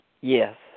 Yes